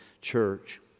church